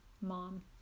mom